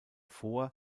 vor